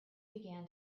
began